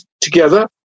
together